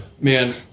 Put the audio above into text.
man